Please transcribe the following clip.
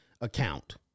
account